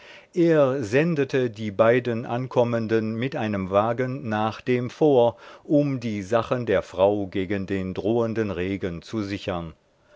er sendete die beiden ankommenden mit einem wagen nach dem fort um die sachen der frau gegen den drohenden regen zu sichern